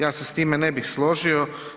Ja se s time ne bih složio.